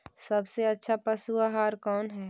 सबसे अच्छा पशु आहार कौन है?